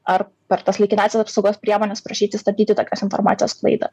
ar per tas laikinąsias apsaugos priemones prašyti stabdyti tokios informacijos sklaidą